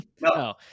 No